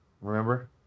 Remember